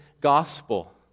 gospel